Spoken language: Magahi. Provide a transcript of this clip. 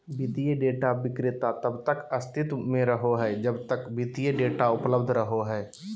वित्तीय डेटा विक्रेता तब तक अस्तित्व में रहो हइ जब तक वित्तीय डेटा उपलब्ध रहो हइ